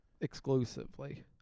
Exclusively